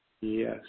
Yes